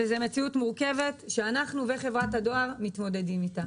וזאת מציאות מורכבת שאנחנו וחברת הדואר מתמודדים איתה.